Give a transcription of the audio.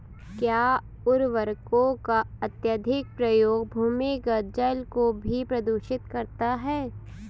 क्या उर्वरकों का अत्यधिक प्रयोग भूमिगत जल को भी प्रदूषित करता है?